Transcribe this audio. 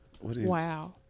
Wow